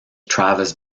travis